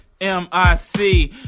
M-I-C